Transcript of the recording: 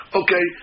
okay